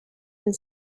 and